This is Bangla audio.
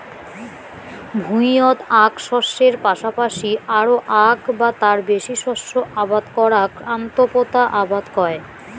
ভুঁইয়ত আক শস্যের পাশাপাশি আরো আক বা তার বেশি শস্য আবাদ করাক আন্তঃপোতা আবাদ কয়